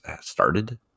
started